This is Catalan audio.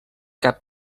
cap